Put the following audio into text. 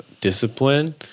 discipline